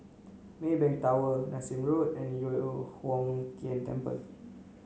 Maybank Tower Nassim Road and Yu Huang Tian Temple